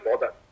bother